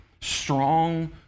strong